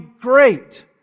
great